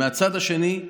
מהצד השני,